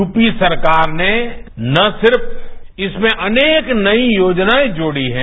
UP सरकार ने न सिर्फ इसमें अनेक नई योजनाएं जोझी हैं